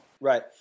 right